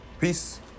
Peace